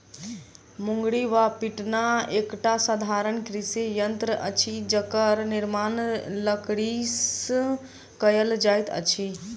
मुंगरी वा पिटना एकटा साधारण कृषि यंत्र अछि जकर निर्माण लकड़ीसँ कयल जाइत अछि